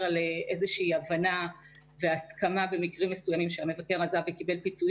לאיזושהי הבנה והסכמה במקרים מסוימים עת המבקר עזב וקיבל פיצויים